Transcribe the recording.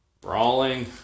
Brawling